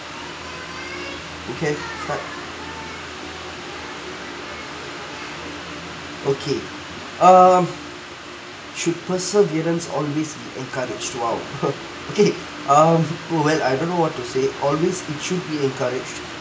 okay start okay um should perseverance always be encouraged !wow! okay um when I don't know what to say always it should be encouraged